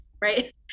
right